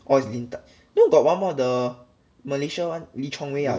oh it's 林丹 no got one more the malaysia [one] lee chong wei ah